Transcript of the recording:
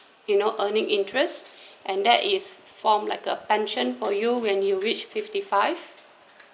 you know earning interest and that is formed like a pension for you when you reach fifty five